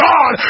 God